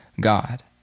God